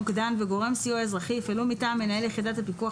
מוקדן וגורם סיוע אזרחי יפעלו מטעם מנהלת יחידת הפיקוח